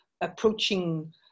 approaching